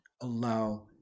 allow